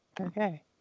Okay